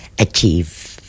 achieve